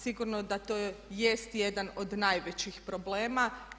Sigurno da to jest jedan od najvećih problema.